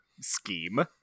scheme